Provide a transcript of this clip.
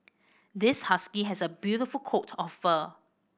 this husky has a beautiful coat of fur